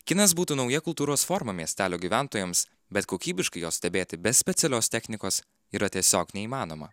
kinas būtų nauja kultūros forma miestelio gyventojams bet kokybiškai jo stebėti be specialios technikos yra tiesiog neįmanoma